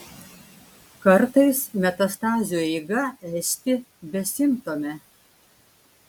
kartais metastazių eiga esti besimptomė